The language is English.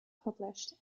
published